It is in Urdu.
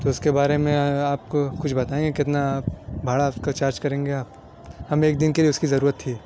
تو اس کے بارے میں آپ کو کچھ بتائیں گے کتنا بھاڑا اس کا چارج کریں گے آپ ہمیں ایک دن کے لیے اس کی ضرورت تھی